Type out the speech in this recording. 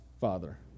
Father